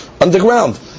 underground